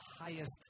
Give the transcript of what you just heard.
highest